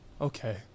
okay